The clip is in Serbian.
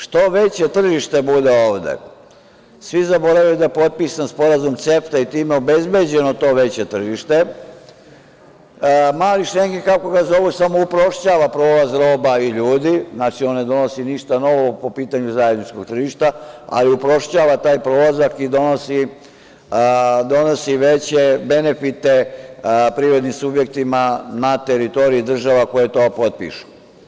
Što veće tržište bude ovde, svi zaboravljaju da je potpisan sporazum CEFTA i time obezbeđeno to veće tržište, „mali Šengen“, kako ga zovu, samo uprošćava prolaz roba i ljudi, znači, on ne donosi ništa novo po pitanju zajedničkog tržišta, ali uprošćava taj prolazak i donosi veće benefite privrednim subjektima na teritoriji država koje to potpišu.